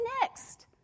next